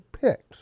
picks